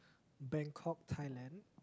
Bangkok Thailand